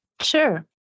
Sure